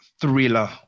thriller